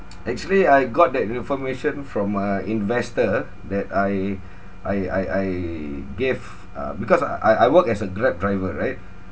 actually I got that information from a investor that I I I I gave uh because I I work as a grab driver right